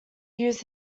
use